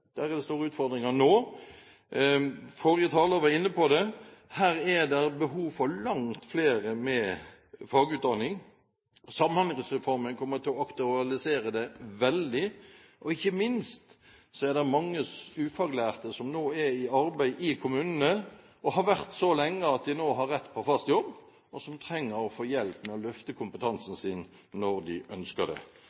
Der er det altså store utfordringer nå. Forrige taler var inne på det, her er det behov for langt flere med fagutdanning. Samhandlingsreformen kommer til å aktualisere dette veldig, og ikke minst har mange ufaglærte som nå er i arbeid i kommunene, vært der så lenge at de nå har rett på fast jobb. De trenger å få hjelp med å få løftet kompetansen